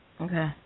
Okay